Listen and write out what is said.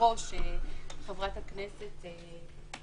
כיושבת-ראש חברת הכנסת